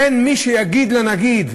אין מי שיגיד לנגיד,